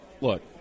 Look